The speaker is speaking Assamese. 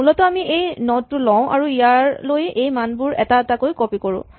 মূলত আমি এই নড টো লওঁ আৰু ইয়ালৈ এই মানবোৰ এটা এটাকৈ কপি কৰোঁ